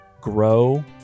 grow